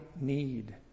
need